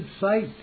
sight